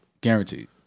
Guaranteed